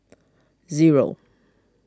zero